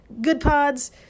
GoodPods